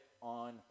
on